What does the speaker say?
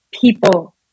people